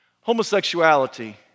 Homosexuality